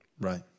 Right